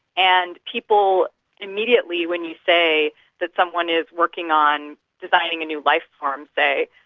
and people immediately when you say that someone is working on designing a new life form say,